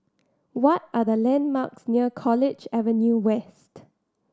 what are the landmarks near College Avenue West